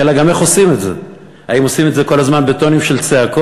השאלה גם איך עושים את זה: האם עושים את זה כל הזמן בטונים של צעקות.